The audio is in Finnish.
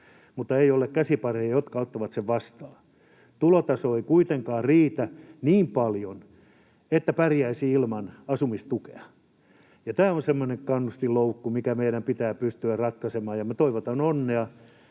mutta ei ole käsipareja, jotka ottavat sen vastaan; tulotaso ei kuitenkaan riitä niin paljon, että pärjäisi ilman asumistukea. Tämä on semmoinen kannustinloukku, mikä meidän pitää pystyä ratkaisemaan, ja toivotan onnea